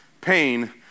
pain